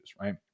Right